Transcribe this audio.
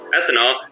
ethanol